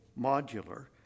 modular